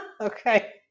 Okay